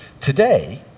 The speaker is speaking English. Today